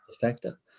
factor